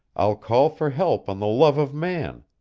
i'll call for help on the love of man,